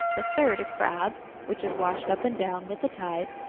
the third a crab, which is washed up and down with the tide,